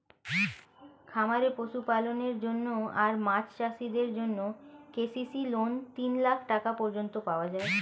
খামারে পশুপালনের জন্য আর মাছ চাষিদের জন্যে কে.সি.সি লোন তিন লাখ টাকা পর্যন্ত পাওয়া যায়